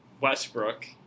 Westbrook